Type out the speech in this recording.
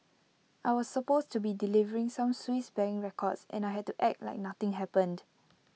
I was supposed to be delivering some Swiss bank records and I had to act like nothing happened